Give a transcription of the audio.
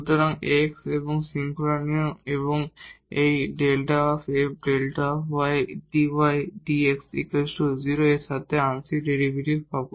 সুতরাং আমরা x এবং শৃঙ্খলা নিয়ম এবং এই ∂ f ∂ y dy dx 0 এর সাথে একটি আংশিক ডেরিভেটিভ পাব